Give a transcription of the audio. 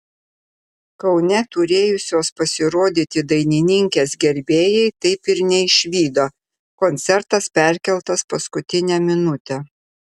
kaune turėjusios pasirodyti dainininkės gerbėjai taip ir neišvydo koncertas perkeltas paskutinę minutę